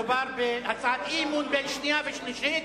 מדובר בהצעת אי-אמון בין שנייה ושלישית,